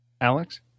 Alex